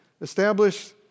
establish